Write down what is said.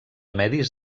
medis